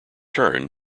turn